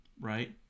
right